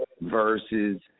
versus